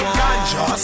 ganja